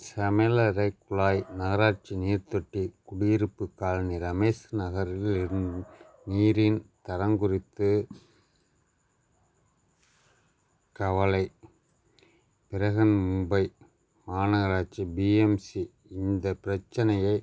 சமையலறை குழாய் நகராட்சி நீர் தொட்டி குடியிருப்புக் காலனி ரமேஷ் நகரில் நீரின் தரம் குறித்து கவலை பிரஹன்மும்பை மாநகராட்சி பிஎம்சி இந்தப் பிரச்சினையை